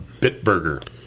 Bitburger